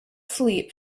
sleep